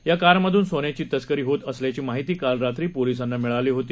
याकारमधूनसोन्याचीतस्करीहोतअसल्याचीमाहितीकालरात्रीपोलिसांनामिळालीहोती